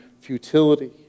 futility